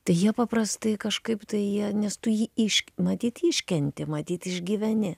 tai jie paprastai kažkaip tai jie nes tu jį iš matyt iškenti matyt išgyveni